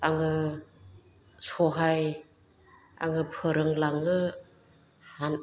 आङो सहाय आङो फोरोंलांनो